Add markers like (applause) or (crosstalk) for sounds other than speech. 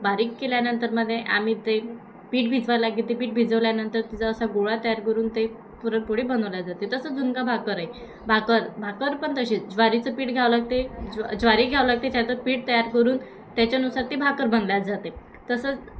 बारीक केल्यानंतर मध्ये आम्ही ते पीठ भिजवायला घेते पीठ भिजवल्यानंतर तिचा असा गोळा तयार करून ते पुरणपोळी बनवल्या जाते तसं झुणका भाकर आहे भाकर भाकर पण तशीच ज्वारीचं पीठ घ्यावं लागते ज्वारी घ्यावं लागते (unintelligible) पीठ तयार करून त्याच्यानुसार ती भाकर बनल्या जाते तसंच